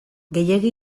gehiegi